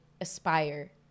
aspire